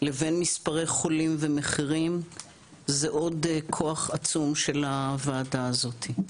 לבין מספרי חולים ומחירים זה עוד כוח עצום של הוועדה הזאת.